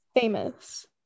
famous